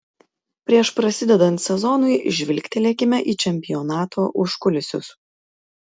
prieš prasidedant sezonui žvilgtelėkime į čempionato užkulisius